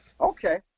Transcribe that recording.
Okay